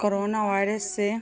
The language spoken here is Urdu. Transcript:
کرونا وائرس سے